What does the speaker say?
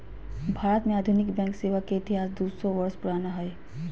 भारत में आधुनिक बैंक सेवा के इतिहास दू सौ वर्ष पुराना हइ